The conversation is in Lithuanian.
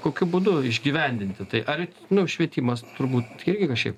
kokiu būdu išgyvendinti tai ar nu švietimas turbūt irgi kažkiek